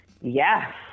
Yes